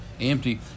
empty